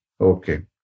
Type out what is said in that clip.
Okay